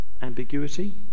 ambiguity